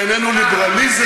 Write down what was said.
זה איננו ליברליזם,